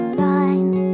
line